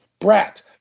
Brat